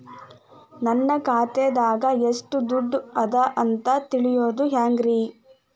ನನ್ನ ಖಾತೆದಾಗ ಎಷ್ಟ ದುಡ್ಡು ಅದ ಅಂತ ತಿಳಿಯೋದು ಹ್ಯಾಂಗ್ರಿ?